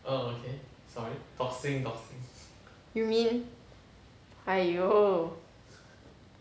you mean !aiyo!